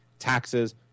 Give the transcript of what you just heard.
Taxes